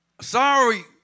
Sorry